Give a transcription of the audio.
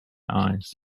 eyes